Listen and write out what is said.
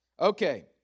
Okay